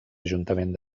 ajuntament